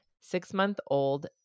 Six-month-old